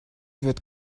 wird